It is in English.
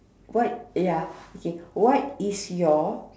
what ya okay what is your